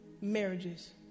marriages